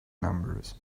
numbers